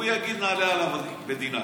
הוא יגיד: נעלה עליו ב-D-9.